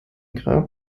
grab